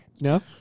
No